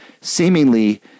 seemingly